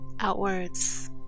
outwards